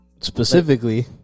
Specifically